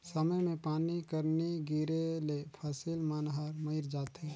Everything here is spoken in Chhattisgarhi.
समे मे पानी कर नी गिरे ले फसिल मन हर मइर जाथे